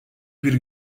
bir